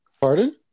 Pardon